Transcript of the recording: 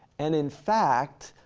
and in fact,